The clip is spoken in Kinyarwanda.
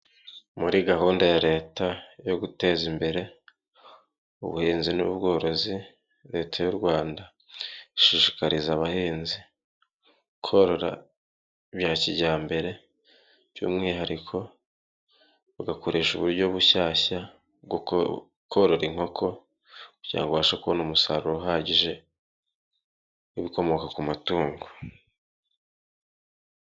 Muri gahunda ya leta yo guteza imbere ubuhinzi n'ubworozi Leta y'u Rwanda ishishikariza abahinzi korora bya kijyambere by'umwihariko bagakoresha uburyo bushyashya bwo korora inkoko kugira ngo babashe kubona umusaruro uhagije w'ibikomoka ku matungo.